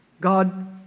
God